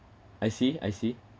I see I see